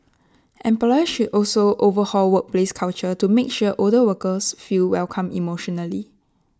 employers should also overhaul workplace culture to make sure older workers feel welcome emotionally